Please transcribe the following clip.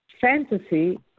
Fantasy